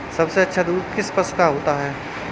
सबसे अच्छा दूध किस पशु का होता है?